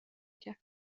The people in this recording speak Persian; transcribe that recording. کرد